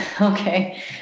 Okay